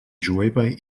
jueva